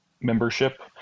membership